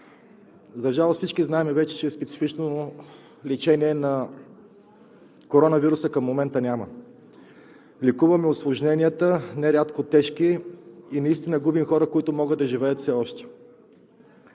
За жалост, всички знаем вече, че специфично лечение на коронавируса към момента няма. Лекуваме усложненията, не рядко тежки и наистина губим хора, които могат да живеят все още.